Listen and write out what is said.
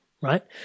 right